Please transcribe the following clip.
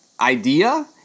idea